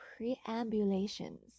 preambulations